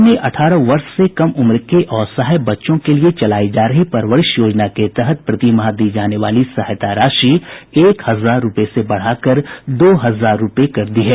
राज्य सरकार ने अठारह वर्ष से कम उम्र के असहाय बच्चों के लिए चलायी जा रही परवरिश योजना के तहत प्रति माह दी जाने वाली सहायता राशि एक हजार रूपये से बढ़ा कर दो हजार रूपये कर दी है